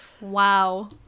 wow